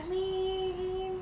I mean